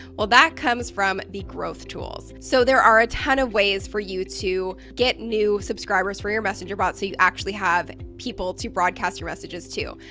well that comes from the growth tools. so there are a ton of ways for you to get new subscribers for your messenger bot so you actually have people to broadcast your messages to.